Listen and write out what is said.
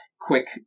quick